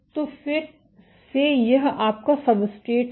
तो फिर से यह आपका सब्सट्रेट है